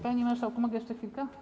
Panie marszałku, mogę jeszcze chwilkę?